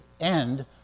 end